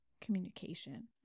communication